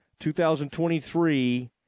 2023